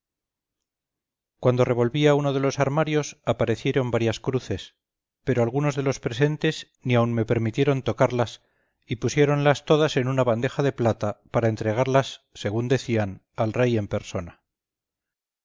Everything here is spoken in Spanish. cuando revolvía uno de los armarios aparecieron varias cruces pero algunos de los presentes ni aun me permitieron tocarlas y pusiéronlas todas en una bandeja de plata para entregarlas según decían al rey en persona